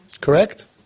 Correct